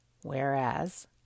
Whereas